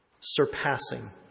surpassing